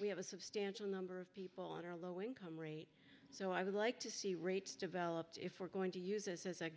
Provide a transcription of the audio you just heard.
we have a substantial number of people in our low income rate so i would like to see rates developed if we're going to use this as a